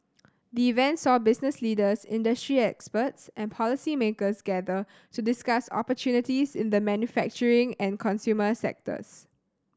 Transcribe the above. the event saw business leaders industry experts and policymakers gather to discuss opportunities in the manufacturing and consumer sectors